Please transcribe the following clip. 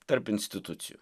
tarp institucijų